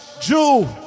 Jew